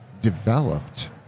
developed